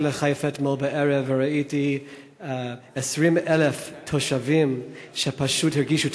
הגעתי לחיפה אתמול בערב וראיתי 20,000 תושבים שפשוט הרגישו,